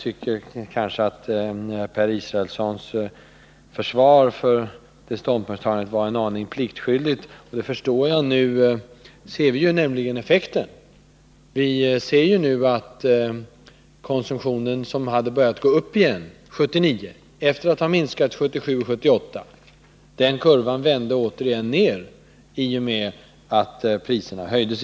Per Israelssons försvar för detta ståndpunktstagande var kanske en aning pliktskyldigt, och det förstår jag, för vi ser ju nu effekten av prishöjningen. Efter att ha minskat under 1977 och 1978 hade konsumtionen börjat stiga igen under 1979, men den kurvan vände i och med att priserna höjdes.